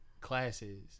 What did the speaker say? classes